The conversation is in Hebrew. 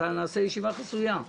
אז נעשה ישיבה חסויה.